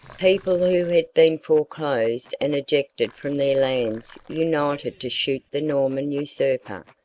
people who had been foreclosed and ejected from their lands united to shoot the norman usurper,